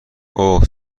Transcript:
اوه